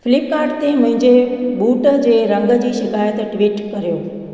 Flipkart ते मुंहिंजे boot जे रंग जी शिकाइति ट्ववीट करियो